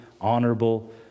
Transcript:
honorable